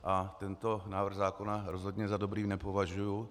A tento návrh zákona rozhodně za dobrý nepovažuji.